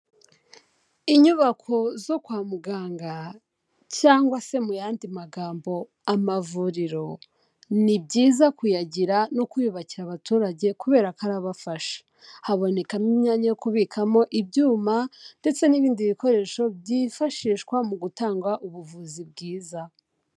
Inyubako zo kwa muganga cyangwa se mu yandi magambo amavuriro, ni byiza kuyagira no kuyubakira abaturage kubera ko arabafasha. Habonekamo imyanya yo kubikamo ibyuma ndetse n'ibindi bikoresho byifashishwa mu gutanga ubuvuzi bwiza.